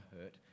hurt